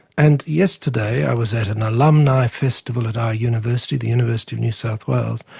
and yesterday i was at an alumni festival at our university, the university of new south wales,